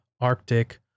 Arctic